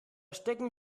stecken